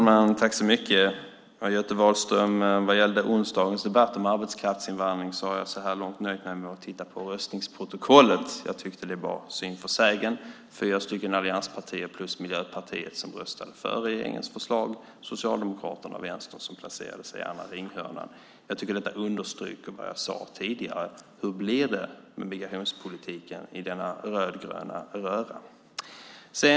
Herr talman! Vad gäller onsdagens debatt om arbetskraftsinvandring har jag så här långt nöjt mig med att titta på röstningsprotokollet, Göte Wahlström. Jag tyckte att det gav syn för sägen - fyra stycken allianspartier plus Miljöpartiet röstade för regeringens förslag och Socialdemokraterna och Vänstern placerade sig i den andra ringhörnan. Jag tycker att detta understryker vad jag sade tidigare. Hur blir det med migrationspolitiken i denna rödgröna röra?